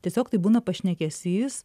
tiesiog tai būna pašnekesys